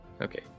Okay